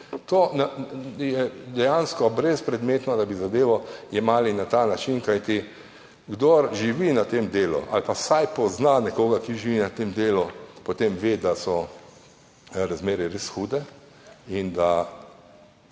sfere. Dejansko je brezpredmetno, da bi zadevo jemali na ta način, kajti kdor živi v tem delu ali pa vsaj pozna nekoga, ki živi v tem delu, potem ve, da so razmere res hude in da